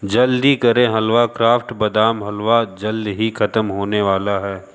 जल्दी करें हलवा क्राफ़्ट बादाम हलवा जल्द ही ख़त्म होने वाला है